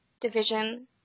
division